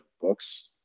books